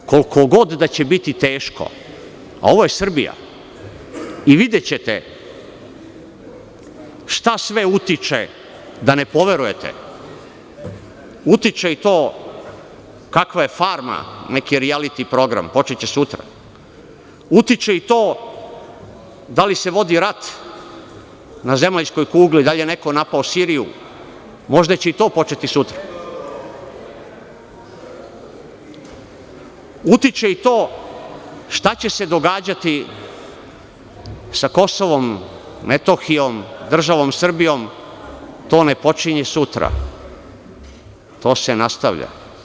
Drugo, koliko god da će biti teško, a ovo je Srbija i videćete šta sve utiče, da ne poverujete, utiče i to kakva je „Farma“, neki rijaliti program, počeće sutra, utiče i to da li se vodi rat na zemaljskoj kugli, da li je neko napao Siriju, možda će i to početi sutra, utiče i to šta će se događati sa Kosovom, Metohijom, državom Srbijom, to ne počinje sutra, to se nastavlja.